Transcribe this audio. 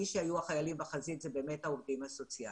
מי שהיו החיילים בחזית זה באמת העובדים הסוציאליים.